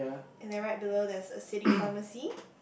and then right below there's a city pharmacy